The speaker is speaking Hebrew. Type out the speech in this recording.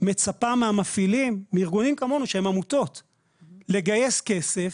לא סוג מוגבלות אחד דומה לאחר, יש קושי בכל מקום.